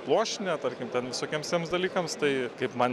pluoštinė tarkim ten visokiems tiems dalykams tai kaip man